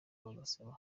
bagasaba